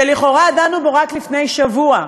שלכאורה דנו בו רק לפני שבוע,